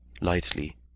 lightly